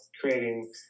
creating